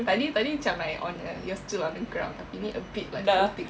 tadi tadi macam like on a you're still on the ground tapi ni a bit like floating